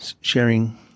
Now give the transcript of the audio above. sharing